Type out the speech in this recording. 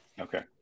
Okay